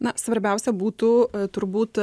na svarbiausia būtų turbūt